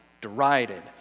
derided